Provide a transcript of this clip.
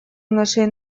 юношей